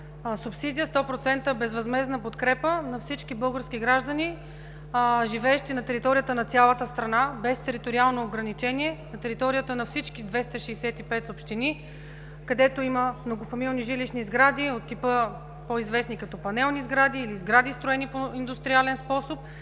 субсидия, 100% безвъзмездна подкрепа на всички български граждани, живеещи на територията на цялата страна, без териториално ограничение, на територията на всички 265 общини, където има многофамилни жилищни сгради от типа – по-известни, като „панелни сгради“ или сгради, строени по индустриален способ,